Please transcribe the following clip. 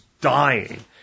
dying